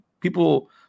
People